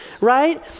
right